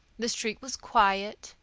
the street was quiet,